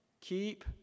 Keep